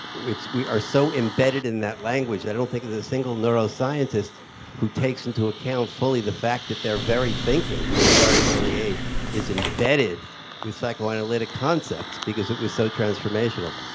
it's we are so embedded in that language, i don't think there's a single neuroscientist who takes into account fully the fact that their very thinking from a very early age is embedded with psychoanalytic concepts, because it was so transformational.